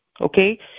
okay